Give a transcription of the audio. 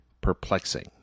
perplexing